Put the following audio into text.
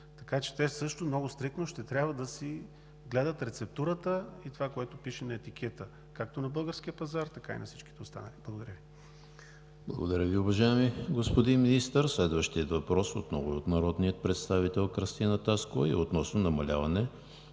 Така че те също много стриктно ще трябва да си гледат рецептурата и това, което пише на етикета както на българския пазар, така и на всичките останали. Благодаря Ви. ПРЕДСЕДАТЕЛ ЕМИЛ ХРИСТОВ: Благодаря Ви, уважаеми господин Министър. Следващият въпрос отново е от народния представител Кръстина Таскова относно намаляване